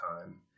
time